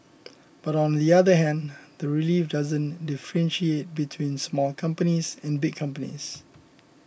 but on the other hand the relief doesn't differentiate between small companies and big companies